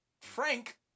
Frank